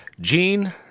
gene